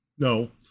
No